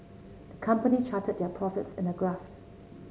the company charted their profits in a graph